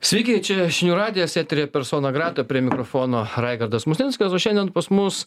sveiki čia žinių radijas eteryje persona grata prie mikrofono raigardas musnickas o šiandien pas mus